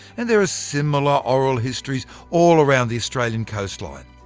and there are similar oral histories all around the australian coastline.